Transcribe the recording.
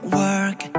work